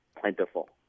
plentiful